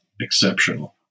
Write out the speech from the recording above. exceptional